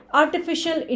artificial